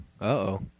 Uh-oh